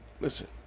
Listen